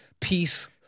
peace